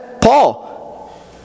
Paul